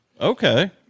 Okay